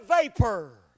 vapor